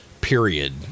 period